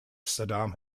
saddam